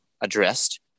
addressed